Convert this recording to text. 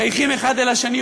מחייכים אחד אל השני,